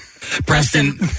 Preston